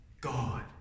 God